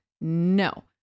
no